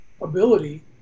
ability